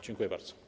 Dziękuję bardzo.